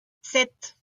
sept